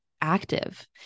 active